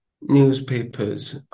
newspapers